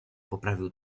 poprawił